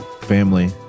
family